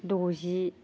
द'जि